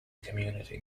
community